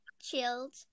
chilled